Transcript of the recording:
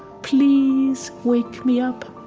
please wake me up.